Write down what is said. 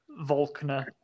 Volkner